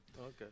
Okay